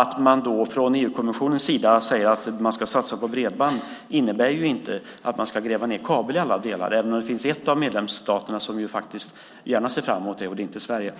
Att man från EU-kommissionen säger att man ska satsa på bredband innebär ju inte att man ska gräva ned kabel överallt, även om en av medlemsstaterna faktiskt gärna ser fram emot det - det är inte Sverige